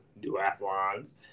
duathlons